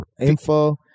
Info